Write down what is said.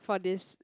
for this